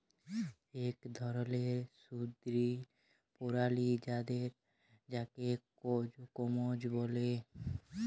ইক ধরলের সামুদ্দিরিক পেরালি যাকে কম্বোজ ব্যলে